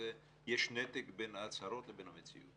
שיש נתק בין הצהרות לבין המציאות.